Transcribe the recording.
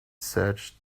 searched